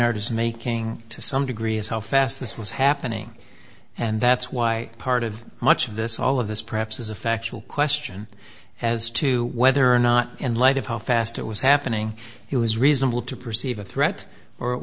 is making to some degree is how fast this was happening and that's why part of much of this all of this perhaps is a factual question as to whether or not and light of how fast it was happening it was reasonable to perceive a threat or it